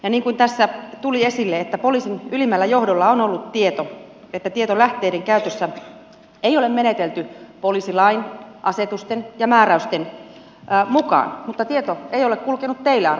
niin kuin tässä tuli esille poliisin ylimmällä johdolla on ollut tieto että tietolähteiden käytössä ei ole menetelty poliisilain asetusten ja määräysten mukaan mutta tieto ei ole kulkenut teille arvoisa ministeri